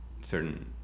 certain